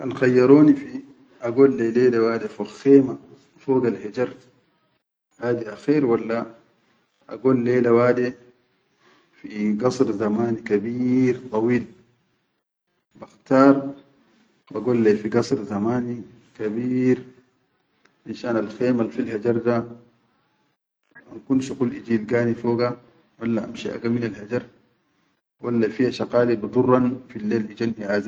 Kan khayyaroni fi agod lai lela wade fog khema fogal hejar hadi akher walla agod lela wade fi gasir zamani kabeer daweet, bakhtar bagod lai fi gasir zamani kabeer, finshan alkhemel fil hejar da ankun shuqul iji ilgani foga, walla amshi aga minal hejar, walla fiya shaqali bidurran fillel ijan.